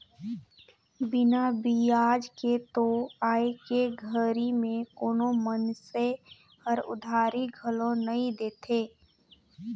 बिना बियाज के तो आयके घरी में कोनो मइनसे हर उधारी घलो नइ दे